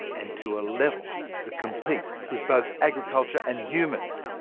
and to a level that competes with both agriculture and humans.